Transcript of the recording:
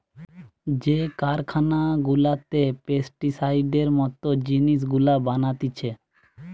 যে কারখানা গুলাতে পেস্টিসাইডের মত জিনিস গুলা বানাতিছে